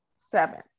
seven